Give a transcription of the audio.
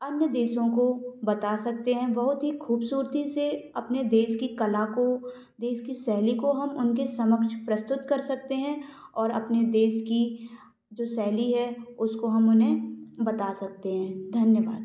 अन्य देशों को बता सकते हैं बहुत ही खूबसूरती से अपने देश की कला को देश की शैली को हम उनके समक्ष प्रस्तुत कर सकते हैं और अपने देश की जो शैली है उसको हम उन्हें बता सकते हैं धन्यवाद